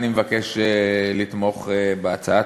אני מבקש לתמוך בהצעה.